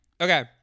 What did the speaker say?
Okay